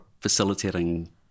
facilitating